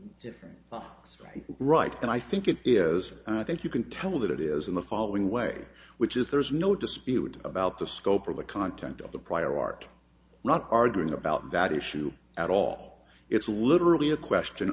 both right and i think it is i think you can tell that it is in the following way which is there's no dispute about the scope of the content of the prior art not arguing about that issue at all it's literally a question